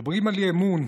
מדברים על אי-אמון,